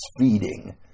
feeding